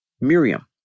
Miriam